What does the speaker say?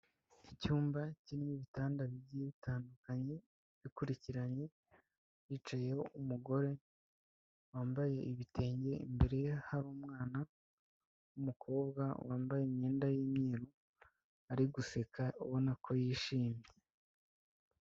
Icyumba kirimo ibitanda bigiye bitandukanye bikurikiranye, hicayeho umugore wambaye ibitenge, imbere ye hari umwana w'umukobwa, wambaye imyenda y'imyeru ari guseka ubona ko yishimye.